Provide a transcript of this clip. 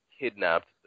kidnapped